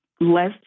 less